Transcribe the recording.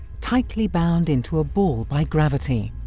tightly bound into a ball by gravity,